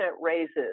raises